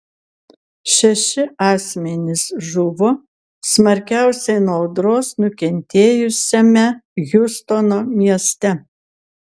šeši asmenys žuvo smarkiausiai nuo audros nukentėjusiame hjustono mieste